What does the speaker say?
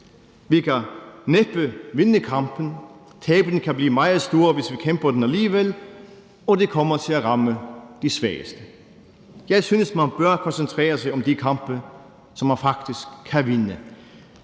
Vi kan næppe vinde kampen, og tabene kan blive meget store, hvis vi kæmper den alligevel, og det kommer til at ramme de svageste. Jeg synes, man bør koncentrere sig om de kampe, man faktisk kan vinde